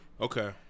Okay